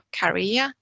career